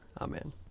Amen